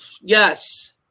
yes